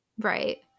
right